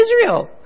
Israel